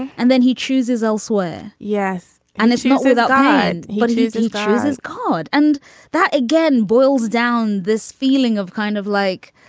and then he chooses elsewhere. yes. and it's not through that. ah and but it is in cruise's code. and that, again, boils down this feeling of kind of like,